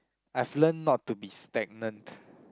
I've learn not to be stagnant